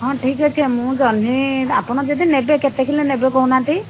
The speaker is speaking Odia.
ହଁ ଠିକ୍ଅଛି ମୁଁ ଜହ୍ନି ଆପଣ ଯଦି ନେବେ କେତେ କିଲୋ ନେବେ କହୁନାହାନ୍ତି